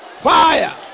Fire